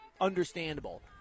Understandable